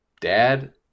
dad